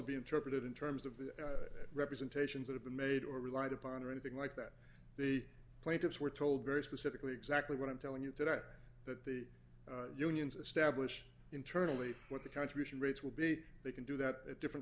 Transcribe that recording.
be interpreted in terms of the representations that have been made or relied upon or anything like that the plaintiffs were told very specifically exactly what i'm telling you today that the unions establish internally what the contribution rates will be they can do that at different